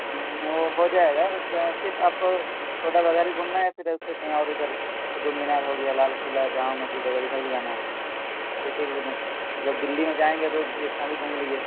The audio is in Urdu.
ہو جائے گا صرف آپ چھوٹا بازار ہی گھومنا ہے یا پھر اس سے کہیں اور ادھر قطب مینار ہو گیا لال قلعہ جامع مسجد اگر ادھر بھی جانا ہے مطلب دہلی میں جائیں گے تو ایک ساتھ ہی گھوم لیجیے